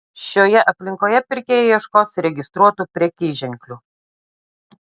šioje aplinkoje pirkėjai ieškos registruotų prekyženklių